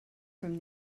from